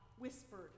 whispered